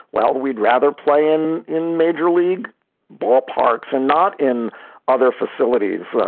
well, we'd rather play in in major league ballparks and not in other facilities.